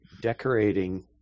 decorating